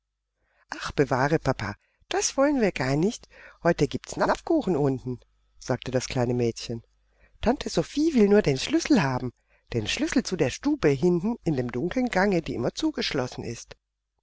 ach bewahre papa das wollen wir gar nicht heute gibt's napfkuchen unten sagte das kleine mädchen tante sophie will nur den schlüssel haben den schlüssel zu der stube hinten in dem dunklen gange die immer zugeschlossen ist